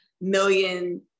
million